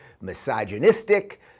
misogynistic